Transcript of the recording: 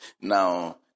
Now